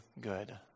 good